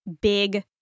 big